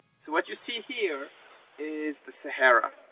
so what you see here is the sahara,